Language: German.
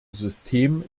system